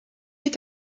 est